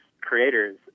creators